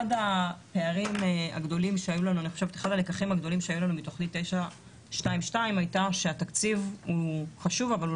אחד הלקחים הגדולים שהיו לנו בתוכנית 922 היה שהתקציב הוא חשוב אבל הוא